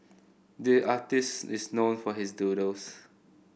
the artist is known for his doodles